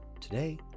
Today